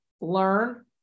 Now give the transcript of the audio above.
learn